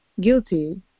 guilty